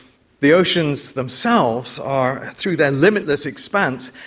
the oceans themselves are, through their limitless expanse,